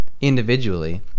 individually